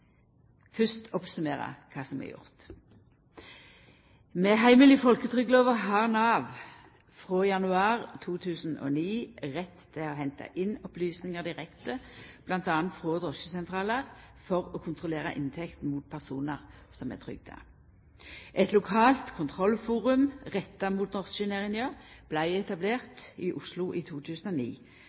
fyrst oppsummera kva som er gjort: Med heimel i folketrygdlova har Nav frå januar 2009 rett til å henta inn opplysningar direkte, m.a. frå drosjesentralar, for å kontrollera inntekt mot personar som er trygda. Eit lokalt kontrollforum retta mot drosjenæringa vart etablert i Oslo i 2009.